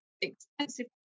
expensive